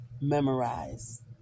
memorize